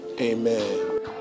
Amen